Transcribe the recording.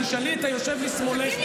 תשאלי את היושב משמאלך,